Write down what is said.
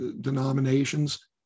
denominations